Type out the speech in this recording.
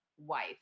wife